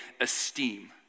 esteem